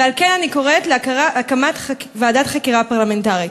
ועל כן אני קוראת להקמת ועדת חקירה פרלמנטרית.